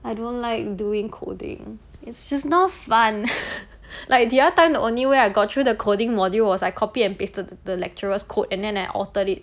I don't like doing coding it's not fun like the other time the only way I got through the coding module was I copy and pasted to the lecturers code and then I altered it